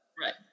Right